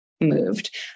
moved